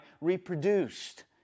reproduced